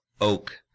oak